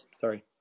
sorry